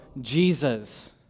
Jesus